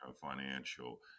financial